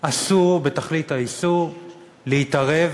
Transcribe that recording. אסור בתכלית האיסור להתערב